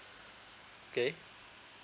okay